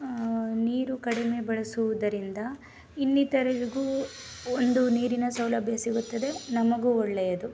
ನೀರು ಕಡಿಮೆ ಬಳಸುವುದರಿಂದ ಇನ್ನಿತರರಿಗೂ ಒಂದು ನೀರಿನ ಸೌಲಭ್ಯ ಸಿಗುತ್ತದೆ ನಮಗೂ ಒಳ್ಳೆಯದು